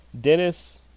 Dennis